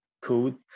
code